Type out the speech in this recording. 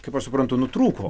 kaip aš suprantu nutrūko